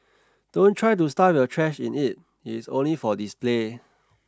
don't try to stuff your trash in it it is only for display